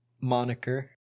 moniker